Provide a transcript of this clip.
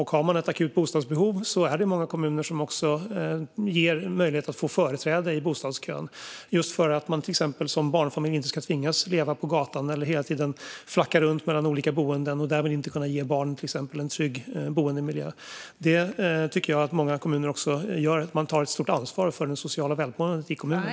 Har man ett akut bostadsbehov är det många kommuner som också ger möjlighet till företräde i bostadskön, just för att till exempel barnfamiljer inte ska tvingas att leva på gatan eller flacka runt mellan olika boenden och därmed inte kunna ge barnen en trygg boendemiljö. Många kommuner tar ett stort ansvar för det sociala välmåendet i kommunen.